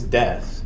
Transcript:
death